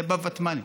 זה בוותמ"לים.